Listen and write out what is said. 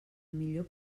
millor